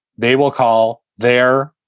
they will call their.